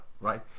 right